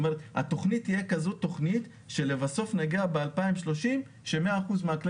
התכנית תהיה כזו שלבסוף נגיע ב-2030 ש-100% מכלי